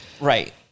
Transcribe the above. Right